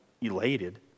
elated